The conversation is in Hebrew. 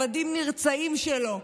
עבדים נרצעים שלו,